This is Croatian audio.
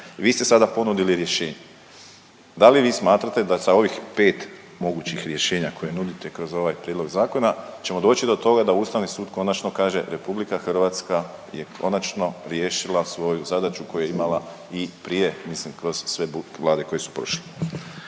Vi ste sada ponudili rješenje. Da li vi smatrate da sa ovih 5 mogućih rješenja koja nudite kroz ovaj prijedlog zakona ćemo doći do toga da Ustavni sud konačno kaže, RH je konačno riješila svoju zadaću koju je imala i prije mislim kroz sve Vlade koje su prošle?